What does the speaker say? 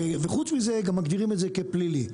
וחוץ מזה, גם מגדירים את זה כפלילי.